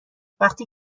وقتی